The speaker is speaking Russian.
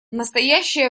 настоящее